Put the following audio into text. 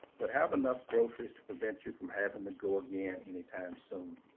but have enough groceries to prevent you from having to go again any time soon.